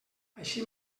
així